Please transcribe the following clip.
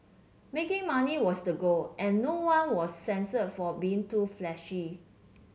making money was the goal and no one was censured for being too flashy